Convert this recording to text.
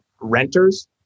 renters